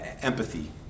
empathy